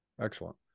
Excellent